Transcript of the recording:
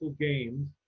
games